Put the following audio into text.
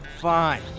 Fine